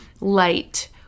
light